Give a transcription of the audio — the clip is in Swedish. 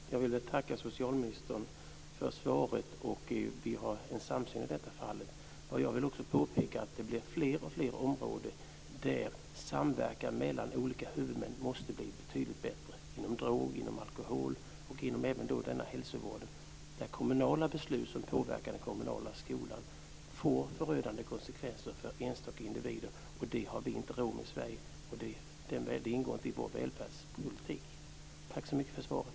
Fru talman! Jag vill tacka socialministern för svaret. Vi har en samsyn i detta fall. Jag vill påpeka att det blir fler och fler områden där samverkan mellan olika huvudmän måste bli betydligt bättre. Det gäller droger, alkohol och även hälsovård, där kommunala beslut som påverkar den kommunala skolan får förödande konsekvenser för enstaka individer. Det har vi inte råd med i Sverige. Det ingår inte i vår välfärdspolitik. Tack för svaret!